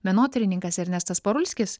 menotyrininkas ernestas parulskis